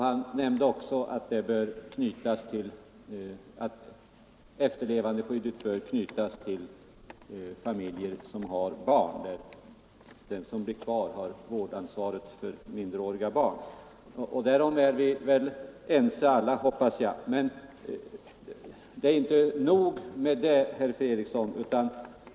Han nämnde också att efterlevandeskyddet bör knytas till familjer som har barn och där den efterlevande har vårdansvaret för minderåriga barn. Därom är vi väl alla ense. Men det räcker inte med detta, herr Fredriksson.